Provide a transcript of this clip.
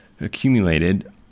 accumulated